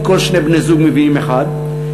כי כל שני בני-זוג מביאים אחד,